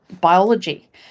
biology